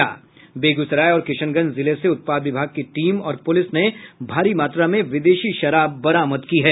बेगूसराय और किशनगंज जिले से उत्पाद विभाग की टीम और पुलिस ने भारी मात्रा में विदेशी शराब बरामद की है